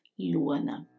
Luana